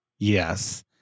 yes